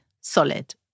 Solid